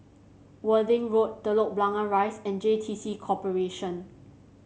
Worthing Road Telok Blangah Rise and J T C Corporation